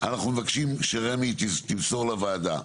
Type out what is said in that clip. אנחנו מבקשים שרמ"י תמסור לוועדה,